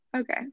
Okay